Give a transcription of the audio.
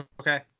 Okay